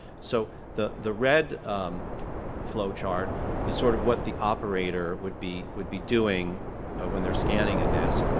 so the the red flowchart is sort of what the operator would be would be doing when they're scanning a disc.